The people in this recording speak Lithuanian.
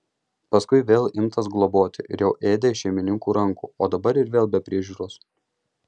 paskui vėl imtas globoti ir jau ėdė iš šeimininkų rankų o dabar ir vėl be priežiūros